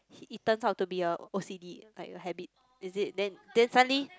it turns out to be a O_C_D like a habit is it then then suddenly